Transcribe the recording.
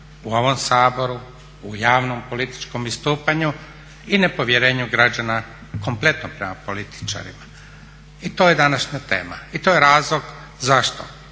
u ovom Saboru, u javnom, političkom istupanju i nepovjerenju građana kompletno prema političarima i to je današnja tema. I to je razlog zašto